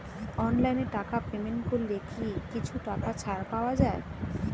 অনলাইনে টাকা পেমেন্ট করলে কি কিছু টাকা ছাড় পাওয়া যায়?